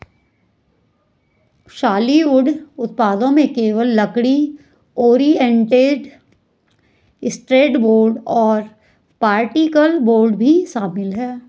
solid wood उत्पादों में केवल लकड़ी, ओरिएंटेड स्ट्रैंड बोर्ड और पार्टिकल बोर्ड भी शामिल है